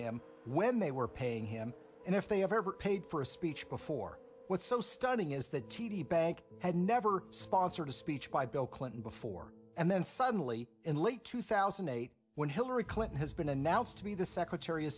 him when they were paying him and if they have ever paid for a speech before what's so stunning is that t d bank had never sponsored a speech by bill clinton before and then suddenly in late two thousand and eight when hillary clinton has been announced to be the secretary of